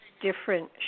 different